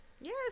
Yes